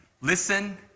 Listen